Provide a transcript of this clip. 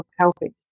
helping